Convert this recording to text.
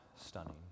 stunning